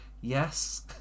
yes